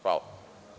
Hvala.